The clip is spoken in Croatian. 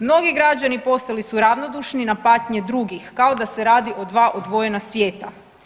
Mnogi građani postali su ravnodušni na patnje drugih, kao da se radi o dva odvojena svijeta.